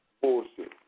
bullshit